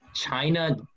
China